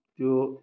त्यो